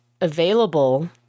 available